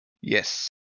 Yes